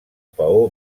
paó